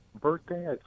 birthday